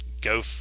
go